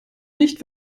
nicht